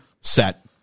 set